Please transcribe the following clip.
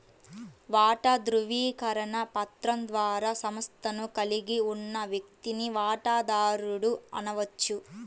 వాటా ధృవీకరణ పత్రం ద్వారా సంస్థను కలిగి ఉన్న వ్యక్తిని వాటాదారుడు అనవచ్చు